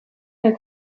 der